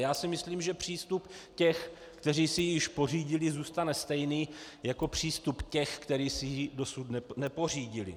Já si myslím, že přístup těch, kteří si ji již pořídili, zůstane stejný jako přístup těch, kteří si ji dosud nepořídili.